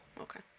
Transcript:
okay